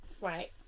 right